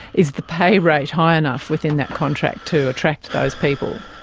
is the pay rate high enough within that contract to attract those people?